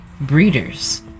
breeders